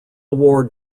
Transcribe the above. war